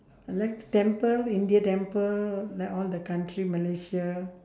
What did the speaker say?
I like temple india temple like all the country malaysia